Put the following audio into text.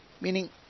meaning